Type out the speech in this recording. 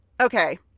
Okay